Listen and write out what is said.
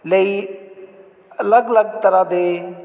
ਲਈ ਅਲੱਗ ਅਲੱਗ ਤਰ੍ਹਾਂ ਦੇ